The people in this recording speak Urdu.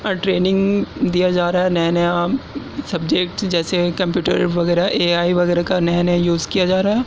ٹریننگ دیا جا رہا ہے نیا نیا سبجیکٹ جیسے کمپیوٹر وغیرہ اے آئی وغیرہ کا نیا نیا یوز کیا جا رہا ہے